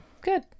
good